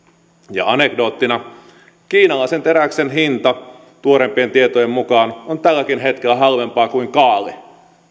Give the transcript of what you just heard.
ja anekdoottina kiinalaisen teräksen hinta tuoreimpien tietojen mukaan on tälläkin hetkellä halvempaa kuin kaali